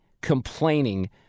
complaining